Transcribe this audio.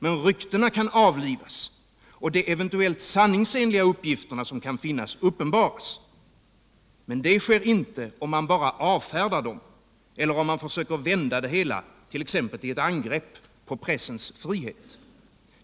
Men ryktena kan avlivas och de eventuclit sanningsenliga uppgifter som kan finnas kan uppenbaras. Men det sker inte om man bara avfärdar dem, eller om man försöker vända det hela till ett angrepp på pressens frihet.